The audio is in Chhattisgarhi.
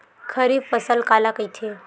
खरीफ फसल काला कहिथे?